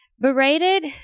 Berated